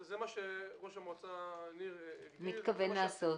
זה מה שראש המועצה מתכוון לעשות.